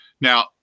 now